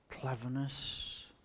Cleverness